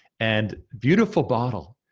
and beautiful bottle,